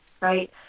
right